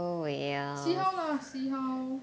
see how lah see how